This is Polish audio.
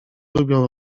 lubią